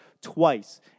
twice